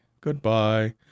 goodbye